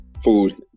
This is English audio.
Food